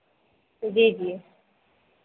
जी जी